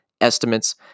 Estimates